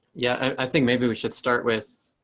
yeah, i think maybe we should start with.